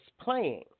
playing